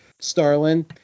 Starlin